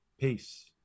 peace